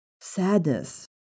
sadness